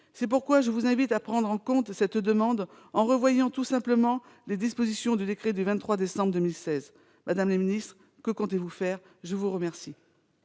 C'est pourquoi je vous invite à prendre en compte cette demande en revoyant tout simplement les dispositions du décret du 23 décembre 2016. Madame la secrétaire d'État, que comptez-vous faire ? La parole